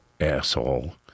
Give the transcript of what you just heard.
asshole